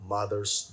Mother's